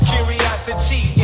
Curiosity